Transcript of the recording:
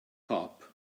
cop